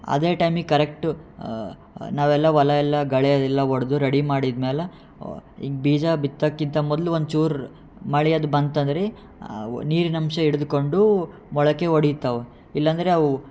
ಅದೇ ಟೈಮಿಗೆ ಕರೆಕ್ಟು ನಾವೆಲ್ಲ ಹೊಲ ಎಲ್ಲ ಘಳೆ ಎಲ್ಲ ಹೊಡ್ಡು ರೆಡಿ ಮಾಡಿದ ಮ್ಯಾಲೆ ಈಗ ಬೀಜ ಬಿತ್ತಕ್ಕಿಂತ ಮೊದಲು ಒಂಚೂರು ಮಳೆ ಅದು ಬಂತಂದ್ರೆ ನೀರಿನಂಶ ಹಿಡಿದುಕೊಂಡು ಮೊಳಕೆ ಒಡೀತವೆ ಇಲ್ಲ ಅಂದರೆ ಅವು